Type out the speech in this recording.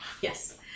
Yes